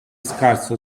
scarso